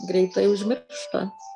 greitai užmiršta